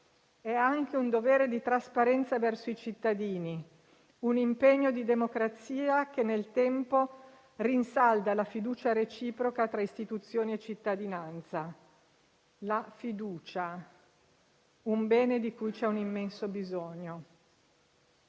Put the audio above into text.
è anche un dovere di trasparenza verso i cittadini, un impegno di democrazia che nel tempo rinsalda la fiducia reciproca tra istituzioni e cittadinanza. La fiducia è un bene di cui c'è un immenso bisogno.